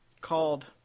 called